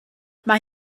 mae